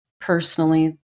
personally